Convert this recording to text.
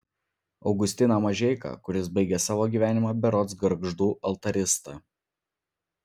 augustiną mažeiką kuris baigė savo gyvenimą berods gargždų altarista